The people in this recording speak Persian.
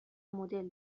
مدل